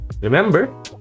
Remember